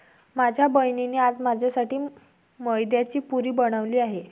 माझ्या बहिणीने आज माझ्यासाठी मैद्याची पुरी बनवली आहे